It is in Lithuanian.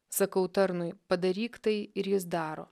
sakau tarnui padaryk tai ir jis daro